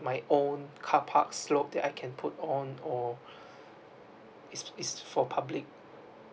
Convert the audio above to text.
my own car park slot that I can put on or it's it's for public